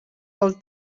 pel